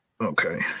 okay